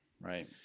right